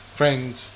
friends